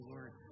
Lord